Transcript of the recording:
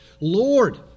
Lord